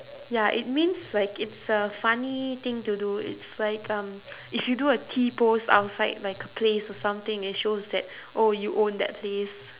ya it means like it's a funny thing to do it's like um if you do a t-pose outside like a place or something it shows that oh you own that place